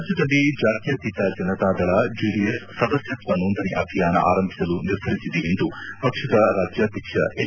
ರಾಜ್ಯದಲ್ಲಿ ಜಾತ್ಯಾತೀತ ಜನತಾದಳ ಜೆಡಿಎಸ್ ಸದಸ್ಯತ್ವ ನೋಂದಣಿ ಅಭಿಯಾನ ಆರಂಭಿಸಲು ನಿರ್ಧರಿಸಿದೆ ಎಂದು ಪಕ್ಷದ ರಾಜ್ಯಾಧ್ಯಕ್ಷ ಎಚ್